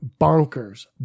bonkers